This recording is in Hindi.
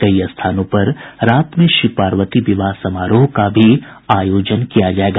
कई स्थानों पर रात में शिव पार्वती विवाह समारोह का भी आयोजन किया जायेगा